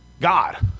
God